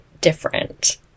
different